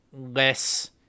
less